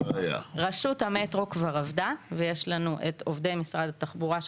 רשות המטרו כבר עבדה ויש לנו את עובדי משרד התחבורה,